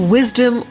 Wisdom